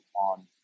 on